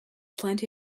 plenty